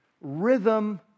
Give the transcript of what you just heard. rhythm